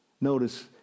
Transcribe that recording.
Notice